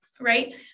right